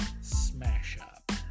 smash-up